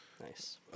Nice